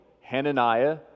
Hananiah